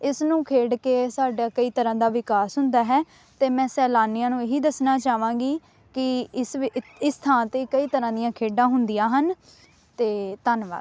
ਇਸ ਨੂੰ ਖੇਡ ਕੇ ਸਾਡਾ ਕਈ ਤਰ੍ਹਾਂ ਦਾ ਵਿਕਾਸ ਹੁੰਦਾ ਹੈ ਅਤੇ ਮੈਂ ਸੈਲਾਨੀਆਂ ਨੂੰ ਇਹੀ ਦੱਸਣਾ ਚਾਹਵਾਂਗੀ ਕਿ ਇਸ ਵ ਇਸ ਥਾਂ 'ਤੇ ਕਈ ਤਰ੍ਹਾਂ ਦੀਆਂ ਖੇਡਾਂ ਹੁੰਦੀਆਂ ਹਨ ਅਤੇ ਧੰਨਵਾਦ